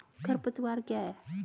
खरपतवार क्या है?